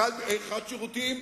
אחד שירותים,